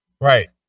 Right